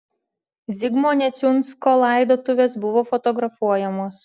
zigmo neciunsko laidotuvės buvo fotografuojamos